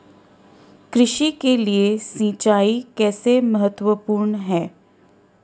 कृषि के लिए सिंचाई कैसे महत्वपूर्ण है?